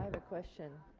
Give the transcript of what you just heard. a question.